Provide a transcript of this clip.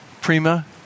prima